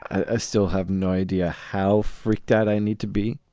i still have no idea how freaked out i need to be.